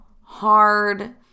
hard